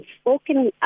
spoken